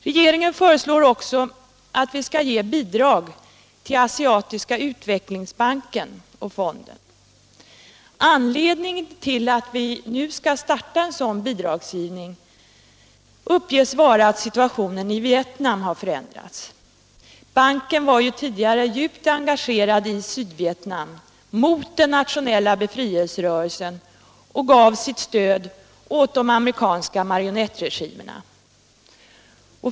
Regeringen föreslår också att vi skall ge bidrag till Asiatiska utvecklingsbanken och fonden. Anledningen till att vi nu skall starta en sådan bidragsgivning uppges vara att situationen i Vietnam har förändrats. Banken var ju tidigare djupt engagerad i Sydvietnam mot den nationella befrielserörelsen och gav sitt stöd åt de amerikanska marionettregimerna.